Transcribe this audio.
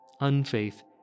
Unfaith